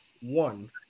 one